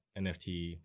NFT